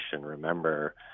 remember